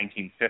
1950